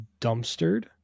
dumpstered